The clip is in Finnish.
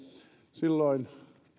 silloin